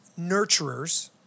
nurturers